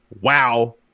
wow